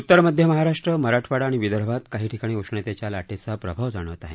उत्तर मध्य महाराष्ट्र मराठवाडा आणि विदर्भात काही ठिकाणी उष्णतेच्या लाटेचा प्रभाव जाणवत आहे